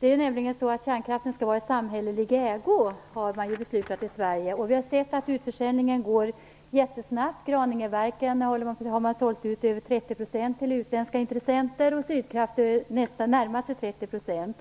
Kärnkraften skall nämligen vara i samhällelig ägo, har man beslutat i Sverige. Vi har sett att utförsäljningen går jättesnabbt. I Graningeverken har man sålt ut över 30 % till utländska intressenter och Sydkraft närmar sig 30 %.